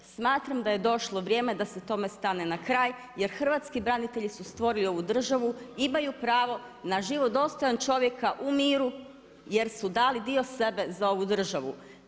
Smatram da je došlo vrijeme da se tome stane na kraj, jer hrvatski branitelji su stvorili ovu državu, imaju pravo na život dostojan čovjeka u miru, jer su dali dio sebe za ovu državu.